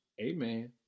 amen